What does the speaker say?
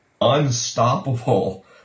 unstoppable